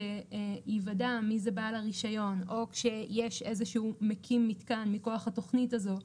כשיוודע מי זה בעל הרישיון או כשיש איזשהו מקים מיתקן מכוח התוכנית הזו,